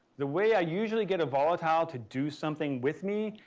the way i usually get a volatile to do something with me,